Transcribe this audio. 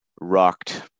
rocked